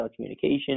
telecommunication